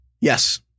Yes